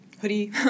hoodie